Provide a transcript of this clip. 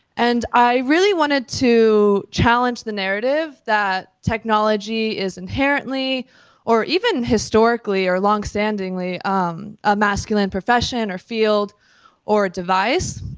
and i really wanted to challenge the narrative that technology is inherently or even historically, or longstandingly a masculine profession or field or device,